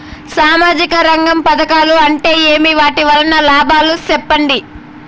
సామాజిక రంగం పథకాలు అంటే ఏమి? వాటి వలన లాభాలు సెప్పండి?